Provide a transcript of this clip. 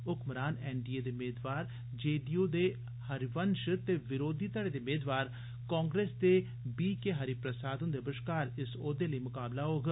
हुकमरान NDA दे मेदवार JDU दे हरिवंश ते विरोधी घड़े दे मेदवार कांग्रेस दे बी के हरिप्रसाद होंदे बश्कार इस औहदे लेई मकाबला होग